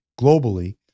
globally